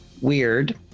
weird